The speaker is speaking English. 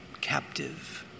captive